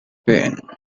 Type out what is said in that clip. pain